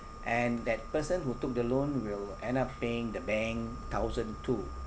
and that person who took the loan will end up paying the bank thousand two